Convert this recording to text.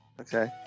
Okay